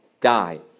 die